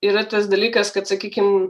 yra tas dalykas kad sakykim